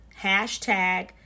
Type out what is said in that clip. hashtag